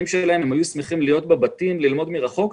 הסטודנטים ושהם היו שמחים להיות בבתים וללמוד מרחוק,